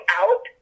out